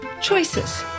choices